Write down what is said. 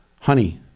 Honey